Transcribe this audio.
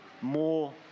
more